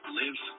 live